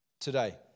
today